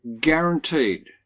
guaranteed